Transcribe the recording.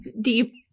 deep